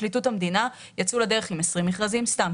בפרקליטות המדינה יצאו לדרך עם 20 מכרזים סתם,